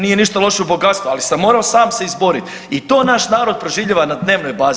Nije ništa loše u bogatstvu ali sam morao sam se izboriti i to naš narod proživljava na dnevnoj bazi.